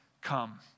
come